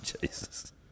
Jesus